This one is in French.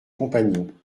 compagnons